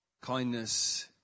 Kindness